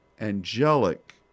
angelic